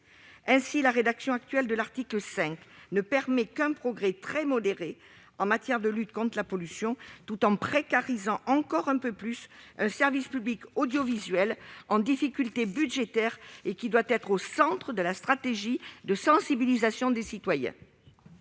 Ainsi, la rédaction actuelle de l'article 5 ne permet qu'un progrès très modéré en matière de lutte contre la pollution, tout en précarisant encore un peu plus un service public audiovisuel en difficulté budgétaire, qui doit être au centre de la stratégie de sensibilisation des citoyens.